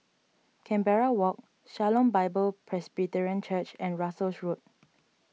Canberra Walk Shalom Bible Presbyterian Church and Russels Road